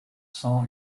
cent